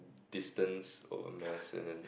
distance over mass and then